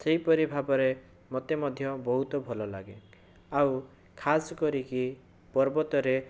ସେହିପାରି ଭାବରେ ମୋତେ ମଧ୍ୟ ବହୁତ ଭଲ ଲାଗେ ଆଉ ଖାସ୍ କରିକି ପର୍ବତରେ